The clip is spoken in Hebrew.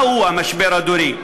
מהו המשבר הדורי?